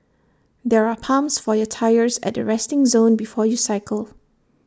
there are pumps for your tyres at the resting zone before you cycle